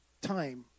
time